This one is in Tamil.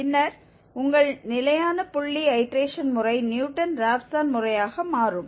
பின்னர் உங்கள் நிலையான புள்ளி ஐடேரேஷன் முறை நியூட்டன் ராப்சன் முறையாக மாறும்